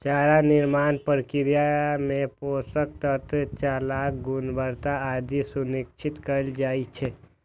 चारा निर्माण प्रक्रिया मे पोषक तत्व, चाराक गुणवत्ता आदि सुनिश्चित कैल जाइ छै